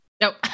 Nope